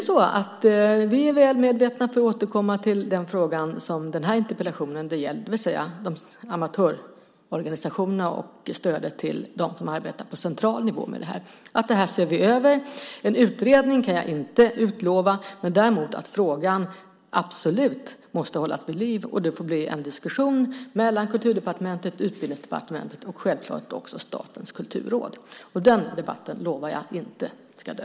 För att återkomma till frågan som den här interpellationen har gällt är vi väl medvetna om amatörorganisationerna och stödet till dem som arbetar på central nivå med det. Det här ser vi över. En utredning kan jag inte utlova men däremot att frågan absolut måste hållas vid liv. Det får bli en diskussion mellan Kulturdepartementet, Utbildningsdepartementet och självklart också Statens kulturråd. Den debatten lovar jag inte ska dö.